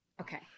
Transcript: okay